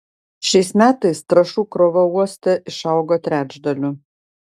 šiais metais trąšų krova uoste išaugo trečdaliu